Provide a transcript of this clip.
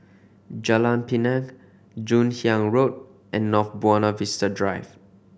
Jalan Pinang Joon Hiang Road and North Buona Vista Drive